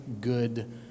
good